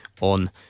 on